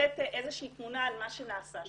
לתת איזושהי תמונה על מה שנעשה שם.